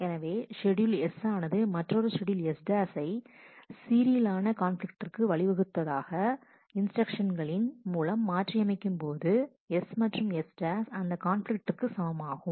எனவே schedule S ஆனது மற்றொரு ஷெட்யூல்S' சீரியல் கான்பிலிக்ட்டிற்கு வழிவகுக்காத இன்ஸ்டிரக்ஷன்ஸ்களின் மூலம் மாற்றி அமைக்கும்போது S மற்றும் S' அந்த கான்பிலிக்ட்டிற்கு சமமாகும்